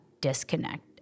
disconnect